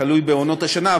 תלוי בעונות השנה,